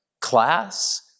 class